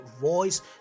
voice